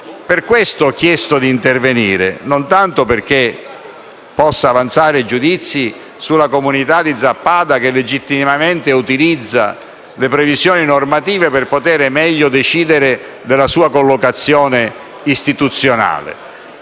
Per questo motivo ho chiesto d'intervenire: non tanto per avanzare giudizi sulla comunità di Sappada, che legittimamente utilizza le previsioni normative per potere meglio decidere della sua collocazione istituzionale,